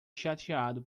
chateado